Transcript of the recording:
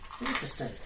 Interesting